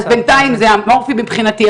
אז בינתיים זה אמורפי מבחינתי,